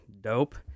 dope